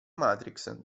matrix